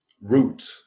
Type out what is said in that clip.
root